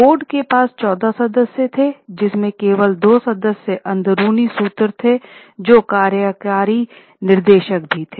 board के पास14 सदस्य थे जिनमे केवल 2 सदस्य अंदरूनी सूत्र थे जो कार्यकारी निदेशक भी थे